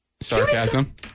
Sarcasm